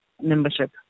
membership